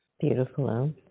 Beautiful